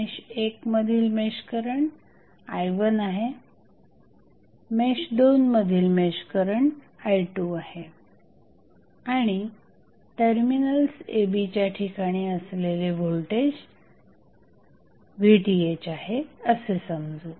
mesh 1 मधील mesh current i1आहे mesh 2 मधील मेश करंट i2आहे आणि टर्मिनल्स a b च्या ठिकाणी असलेले व्होल्टेज VTh आहे असे समजू